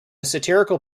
satirical